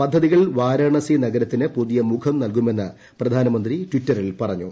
പദ്ധതികൾ വാരാണസി നഗരത്തിന് പുതിയ മുഖം നൽകുമെന്ന് പ്രധാന മന്ത്രി ട്വിറ്ററിൽ പറഞ്ഞു